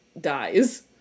dies